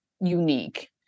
unique